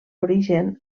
origen